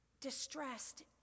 distressed